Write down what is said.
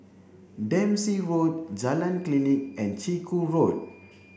Dempsey Road Jalan Klinik and Chiku Road